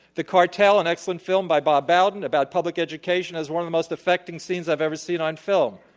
the cartel, an excellent film by bob bowden, about public education has one of the most affecting scenes i've ever seen on film.